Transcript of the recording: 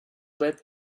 bad